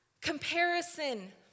Comparison